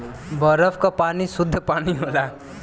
बरफ क पानी सुद्ध पानी होला